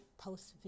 post